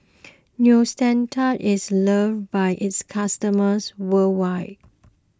Neostrata is loved by its customers worldwide